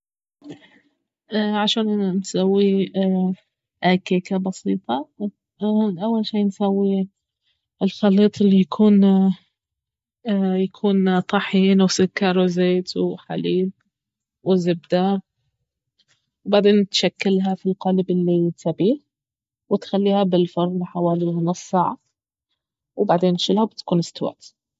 عشان نسوي كيكة بسيطة اول شي نسوي الخليط الي يكون يكون طحين وسكر وزيت وحليب وزبدة وبعدين تشكلها في القالب الي تبيه وتخليها بالفرن حوالي نص ساعة وبعدين تشيلها وبتكون استوت